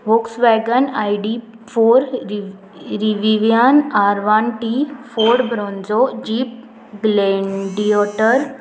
walks wagon I D four Rivian R one T four Bronco G Gladiator